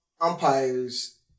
umpires